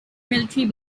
military